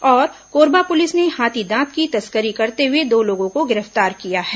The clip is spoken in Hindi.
और कोरबा पुलिस ने हाथी दांत की तस्करी करते हुए दो लोगों को गिरफ्तार किया है